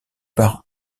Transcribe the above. par